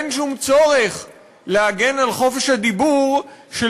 אין שום צורך להגן על חופש הדיבור של